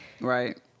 right